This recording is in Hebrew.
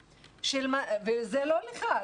זה לא לך.